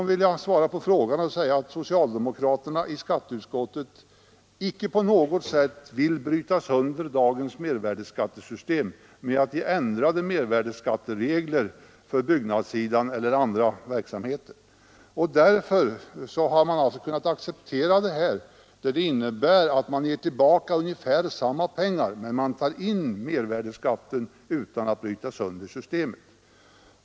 Jag vill svara på herr Magnussons i Borås fråga och säga att socialdemokraterna i skatteutskottet icke på något sätt vill bryta sönder dagens mervärdeskattesystem med att införa ändrade mervärdeskatteregler för byggnadssidan eller andra verksamheter. Vi har kunnat acceptera en momsrestitution på detta område eftersom det innebär att man ger tillbaka ungefär samma pengar och tar in mervärdeskatten utan att bryta sönder systemet.